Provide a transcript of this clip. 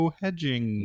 hedging